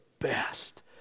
best